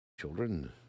children